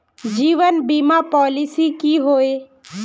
जीवन बीमा पॉलिसी की होय?